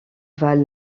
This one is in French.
val